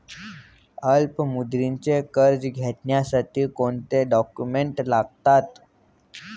अल्पमुदतीचे कर्ज घेण्यासाठी कोणते डॉक्युमेंट्स लागतात?